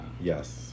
yes